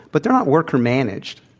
but they're not worker-managed.